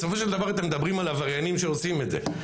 בסופו של דבר אתם מדברים על עבריינים שעושים את זה.